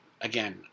again